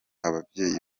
ababyeyi